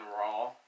Raw